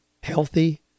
healthy